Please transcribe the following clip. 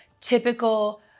typical